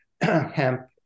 hemp